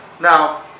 Now